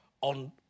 on